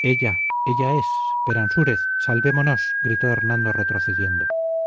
ella ella es peransúrez salvémonos gritó hernando retrocediendo